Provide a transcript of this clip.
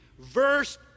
verse